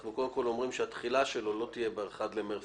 אנחנו קודם כל אומרים שהתחילה שלו לא תהיה ב-1 במרס